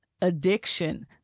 addiction